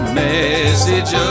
message